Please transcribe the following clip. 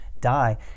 die